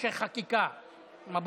שר